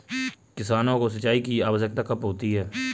किसानों को सिंचाई की आवश्यकता कब होती है?